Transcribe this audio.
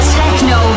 techno